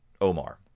Omar